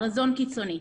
על רזון קיצוני,